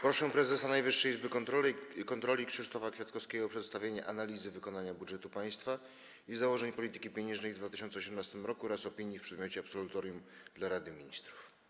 Proszę prezesa Najwyższej Izby Kontroli Krzysztofa Kwiatkowskiego o przedstawienie analizy wykonania budżetu państwa i założeń polityki pieniężnej w 2018 r. oraz opinii w przedmiocie absolutorium dla Rady Ministrów.